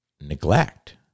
neglect